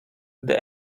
gdy